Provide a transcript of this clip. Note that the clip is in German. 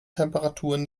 temperaturen